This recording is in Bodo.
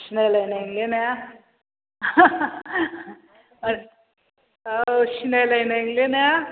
सिनायलायनाय नंले ना औ सिनायलायनाय नंले ना